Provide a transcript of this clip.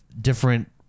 different